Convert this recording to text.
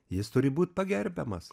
jis turi būt pagerbiamas